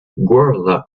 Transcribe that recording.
guerrilla